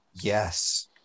Yes